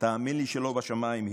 תאמין לי שלא בשמיים היא.